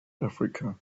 africa